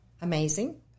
amazing